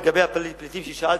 לגבי הפליטים ששאלתם,